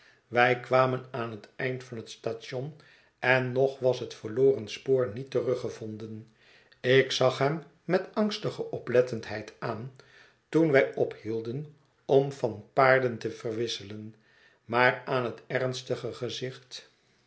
wij kwamen aan het eind van het station en nog was het verloren spoor niet teruggevonden ik zag hem met angstige oplettendheid aan toen wij ophielden om van paarden te verwisselen maar aan het ernstige gezicht